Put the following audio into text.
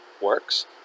works